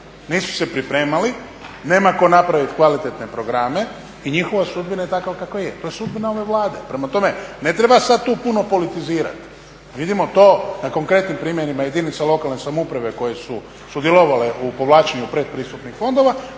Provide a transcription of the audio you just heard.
Nisu se pripremali, nema tko napraviti kvalitetne programe i njihova sudbina je takva kakva je, to je sudbina ove Vlade. Prema tome, ne treba sada tu puno politizirati, vidimo to na konkretnim primjerima jedinice lokalne samouprave koje su sudjelovale u povlačenju pretpristupnih fondova